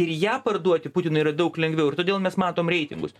ir ją parduoti putinui yra daug lengviau ir todėl mes matom reitingus